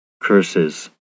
CURSES